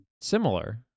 similar